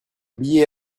billet